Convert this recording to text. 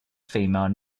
female